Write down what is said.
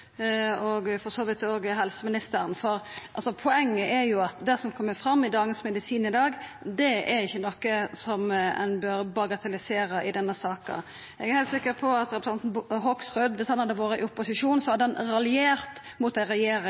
og for så vidt òg helseministeren. Poenget er jo at det som kjem fram i Dagens Medisin i dag, ikkje er noko som ein bør bagatellisera i denne saka. Eg er heilt sikker på at representanten Hoksrud, viss han hadde vore i opposisjon, hadde raljert mot